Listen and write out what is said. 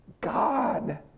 God